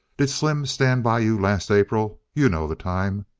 did slim stand by you last april you know the time?